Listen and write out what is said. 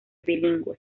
bilingüe